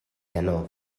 ganó